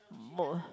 smoke !ee!